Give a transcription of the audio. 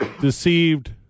deceived